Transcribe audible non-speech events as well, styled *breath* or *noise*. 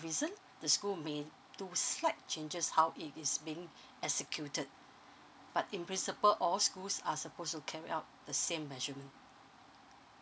reason the school may do slight changes how it is being *breath* executed but in principle all schools are supposed to carry out the same measurement